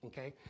Okay